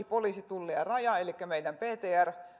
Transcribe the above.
poliisi tulli ja raja elikkä meidän ptr